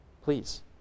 please